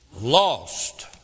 Lost